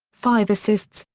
five assists,